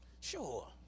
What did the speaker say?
Sure